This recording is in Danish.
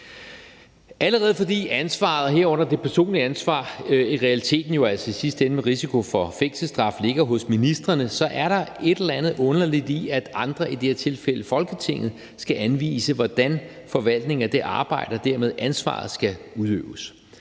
Allerede fordi ansvaret, herunder det personlige ansvar – i realiteten jo altså i sidste ende med risiko for fængselsstraf – ligger hos ministrene, er der et eller andet underligt i, at andre, i det her tilfælde Folketinget, skal anvise, hvordan forvaltningen af det arbejde og dermed ansvaret skal udøves;